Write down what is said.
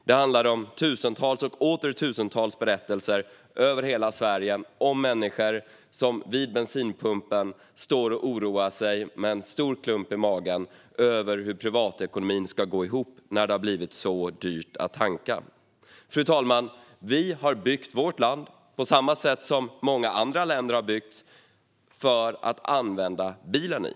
Det handlade om tusentals och åter tusentals berättelser från platser över hela Sverige om människor som vid bensinpumpen står och oroar sig med en stor klump i magen över hur privatekonomin ska gå ihop när det har blivit så dyrt att tanka. Befrielse från kol-dioxid och energiskatt och förändrad omräk-ning av skatt för diesel och bensin Fru talman! Vi har byggt vårt land, på samma sätt som man gjort i många andra länder, för att använda bilen i.